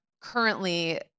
currently